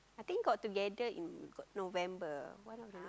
I think got together in got November one of the November